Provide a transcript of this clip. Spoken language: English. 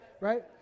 right